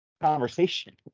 conversation